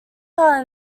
are